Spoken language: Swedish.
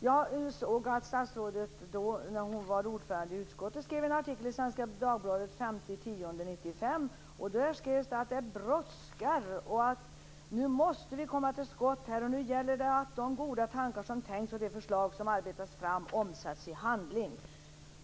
När statsrådet var ordförande i utskottet skrev hon en artikel i Svenska Dagbladet den 5 oktober 1995 om att det brådskar, att man måste komma till skott och att de goda tankar som har tänkts och de förslag som arbetats fram omsätts i handling.